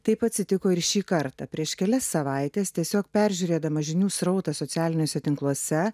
taip atsitiko ir šį kartą prieš kelias savaites tiesiog peržiūrėdama žinių srautą socialiniuose tinkluose